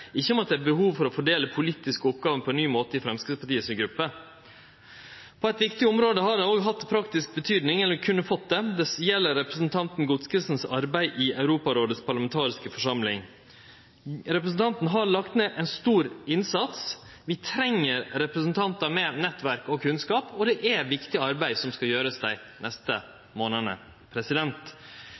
ikkje om at det er behov for å fordele politiske oppgåver på ein ny måte i gruppa til Framstegspartiet. På eit viktig område kunne det òg fått praktisk betyding. Det gjeld arbeidet til representanten Godskesen i Europarådets parlamentariske forsamling. Representanten har lagt ned ein stor innsats. Vi treng representantar med nettverk og kunnskap, og det er viktig arbeid som skal gjerast dei neste